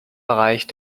bereich